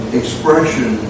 expression